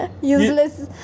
useless